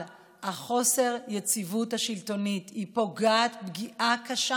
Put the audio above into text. חוסר היציבות השלטונית פוגע פגיעה קשה